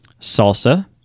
Salsa